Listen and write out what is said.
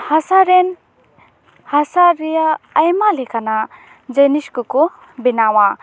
ᱦᱟᱸᱥᱟ ᱨᱮᱱ ᱦᱟᱸᱥᱟ ᱨᱮᱭᱟᱜ ᱟᱭᱢᱟ ᱞᱮᱠᱟᱱᱟᱜ ᱡᱤᱱᱤᱥ ᱠᱚᱠᱚ ᱵᱮᱱᱟᱣᱟ